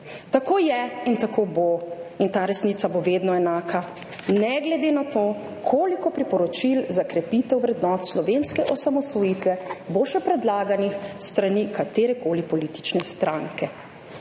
Tako je in tako bo in ta resnica bo vedno enaka, ne glede na to, koliko priporočil za krepitev vrednot slovenske osamosvojitve bo še predlaganih s strani katerekoli politične stranke.